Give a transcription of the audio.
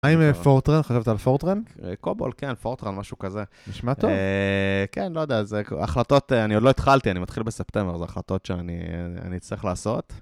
מה עם פורטרן? חשבת על פורטרן? קובול, כן, פורטרן, משהו כזה. נשמע טוב. כן, לא יודע, החלטות, אני עוד לא התחלתי, אני מתחיל בספטמר, זה החלטות שאני צריך לעשות.